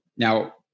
Now